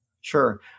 Sure